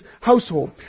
household